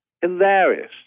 hilarious